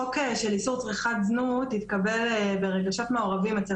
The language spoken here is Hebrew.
החוק של איסור צריכת זנות התקבל ברגשות מעורבים אצל